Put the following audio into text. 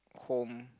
home